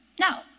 no